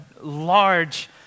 large